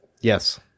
Yes